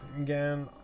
again